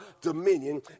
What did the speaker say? dominion